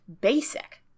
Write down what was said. basic